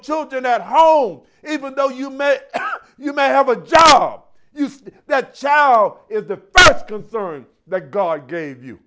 children at home even though you may you may have a job used that shower is the concern that god gave you